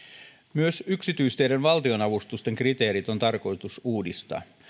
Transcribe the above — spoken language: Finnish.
myös yksityisteiden valtionavustusten kriteerit on tarkoitus uudistaa